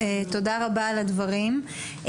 תודה רבה על הדברים.